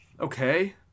okay